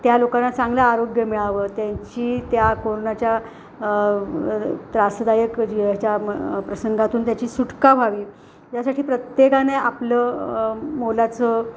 त्या लोकांना चांगलं आरोग्य मिळावं त्यांची त्या कोरोनाच्या त्रासदायक जी याच्या प्रसंगातून त्याची सुटका व्हावी यासाठी प्रत्येकाने आपलं मोलाचं